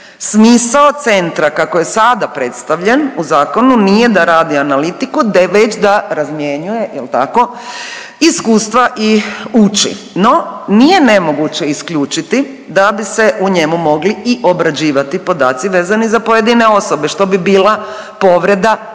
smisao Centra, kako je sada predstavljen u zakonu, nije da radi analitiku već da razmjenjuje, je li tako, iskustva i uči, no nije nemoguće isključiti da bi se u njemu mogli i obrađivati podaci vezani za pojedine osobe, što bi bila povreda